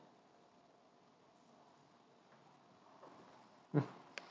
mm